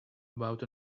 about